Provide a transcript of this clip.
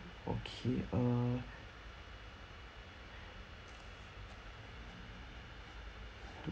okay err